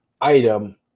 item